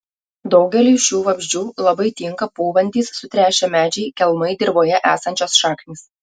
daugeliui šių vabzdžių labai tinka pūvantys sutrešę medžiai kelmai dirvoje esančios šaknys